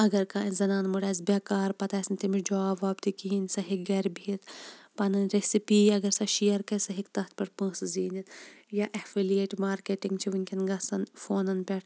اَگَر کانٛہہ زَنان موٚنٛڈ آسہِ بیٚکار پَتہٕ آسہِ نہٕ تٔمِس جاب واب تہِ کِہیٖنٛۍ سۄ ہیٚکہِ گَرِ بِہِتھ پَنٕنۍ ریٚسِپی اَگَر سۄ شیَر کَرِ سۄ ہیٚکہِ تَتھ پیٚٹھ پونٛسہِ زیٖنِتھ یا ایٚفِلیٹ مارکیٚٹِنٛگ چھِ وُنکیٚن گَژھان فونَن پیٚٹھ